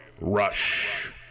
Rush